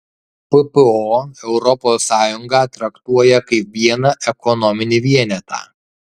ppo europos sąjungą traktuoja kaip vieną ekonominį vienetą